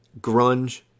grunge